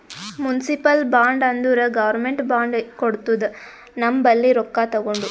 municipal bond ಅಂದುರ್ government bond ಕೊಡ್ತುದ ನಮ್ ಬಲ್ಲಿ ರೊಕ್ಕಾ ತಗೊಂಡು